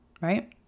right